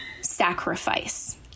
sacrifice